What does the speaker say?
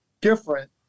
different